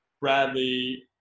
Bradley